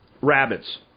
rabbits